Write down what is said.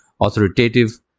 authoritative